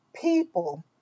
People